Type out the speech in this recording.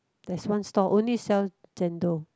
there's one stall only sell Chendol